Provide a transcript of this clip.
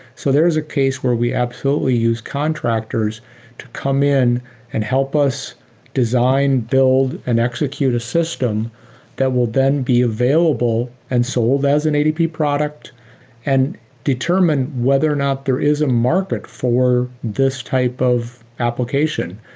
so there is a case where we absolutely use contractors to come in and help us design, build and execute a system that will then be available and sold as an adp product and determine whether or not there is a market for this type of application.